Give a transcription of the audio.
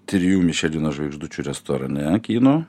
trijų mišelino žvaigždučių restorane kinų